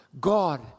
God